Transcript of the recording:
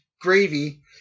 gravy